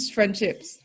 Friendships